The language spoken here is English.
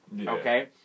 okay